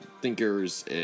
thinkers